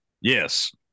Yes